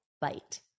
bite